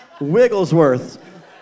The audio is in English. Wigglesworth